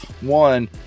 one